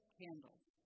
candles